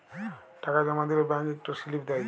টাকা জমা দিলে ব্যাংক ইকট সিলিপ দেই